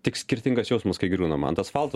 tik skirtingas jausmas kai griūnam ant asfalto